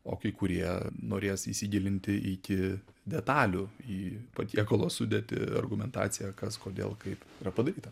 o kai kurie norės įsigilinti iki detalių į patiekalo sudėtį argumentaciją kas kodėl kaip yra padaryta